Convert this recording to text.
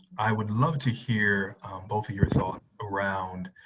i would love to hear both of your thoughts around,